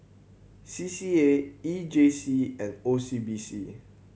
C C A E J C and O C B C